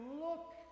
look